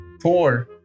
Four